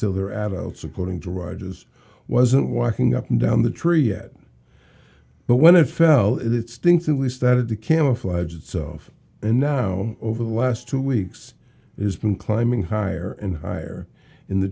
until they are adults according to roger's wasn't walking up and down the tree yet but when it fell it stings and we started to camouflage itself and now over the last two weeks it has been climbing higher and higher in the